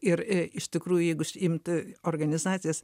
ir iš tikrųjų jeigu imt organizacijas